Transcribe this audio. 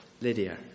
Lydia